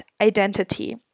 identity